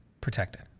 protected